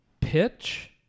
pitch